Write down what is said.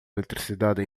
eletricidade